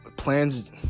Plans